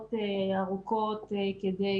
שעות ארוכות כדי